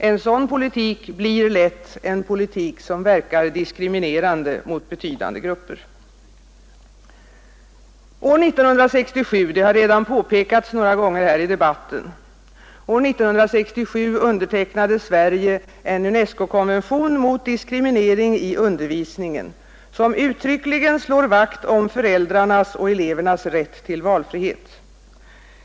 En sådan politik blir lätt en politik som verkar diskriminerande mot betydande grupper. År 1967 undertecknade Sverige — det har redan påpekats några gånger i debatten — en UNESCO-konvention mot diskriminering i undervisningen som uttryckligen slår vakt om föräldrarnas och elevernas rätt till valfrihet.